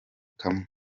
kamwe